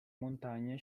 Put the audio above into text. montagne